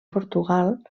portugal